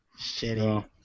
Shitty